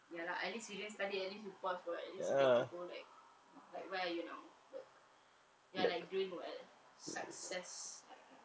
ya lah at least you didn't study at least you pass [what] at least you get to go like like where you now you are like doing what success like